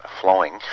flowing